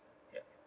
ya